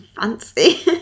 fancy